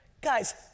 Guys